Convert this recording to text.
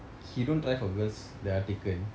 he don't try for girls that are taken